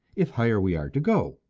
if higher we are to go.